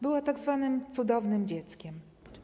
Była tzw. cudownym dzieckiem.